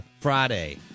Friday